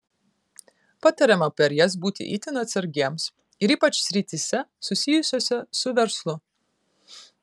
patariama per jas būti itin atsargiems ir ypač srityse susijusiose su verslu